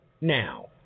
now